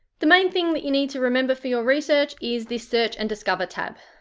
the main thing that you need to remember for your research is this search and discover tab,